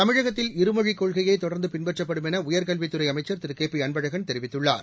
தமிழகத்தில் இருமொழிக் கொள்கையே தொடர்ந்து பின்பற்றப்படும் என உயர்கல்வித் துறை அமைச்சர் திரு கே பி அன்பழகன் தெரிவித்துள்ளார்